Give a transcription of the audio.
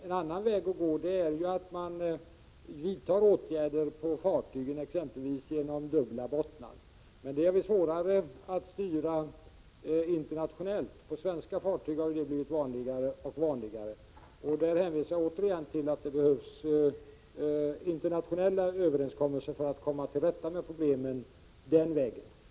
En annan väg att gå är att vidta åtgärder på fartygen, exempelvis genom dubbla bottnar, men det blir svårare att styra internationellt. På svenska fartyg har dubbla bottnar blivit vanligare och vanligare. Där hänvisar jag återigen till att det behövs internationella överenskommelser för att komma till rätta med problemen den vägen.